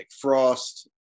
Frost